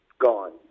gone